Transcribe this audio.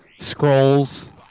scrolls